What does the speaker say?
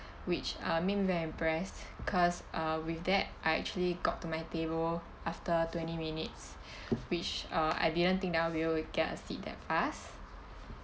which uh made me very impressed cause uh with that I actually got to my table after twenty minutes which uh I didn't think that I'll be able to get a seat that fast